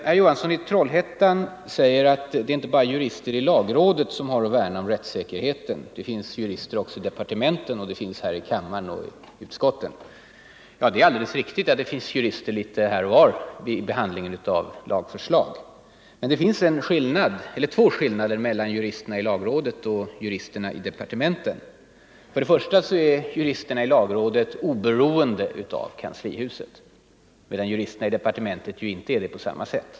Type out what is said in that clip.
Herr Johansson i Trollhättan säger att det inte bara är juristerna i lagrådet som har att värna om rättssäkerheten. Det finns jurister också i departementen, i kammaren och i utskotten. Det är alldeles riktigt att det finns jurister litet här och var vid behandlingen av lagförslag. Men det finns två skillnader mellan juristerna i lagrådet och juristerna i departementen. För det första är juristerna i lagrådet oberoende av kanslihuset, medan juristerna i departementen inte är det på samma sätt.